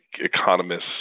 economists